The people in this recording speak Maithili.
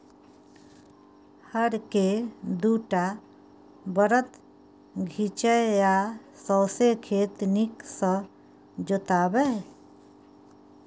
हर केँ दु टा बरद घीचय आ सौंसे खेत नीक सँ जोताबै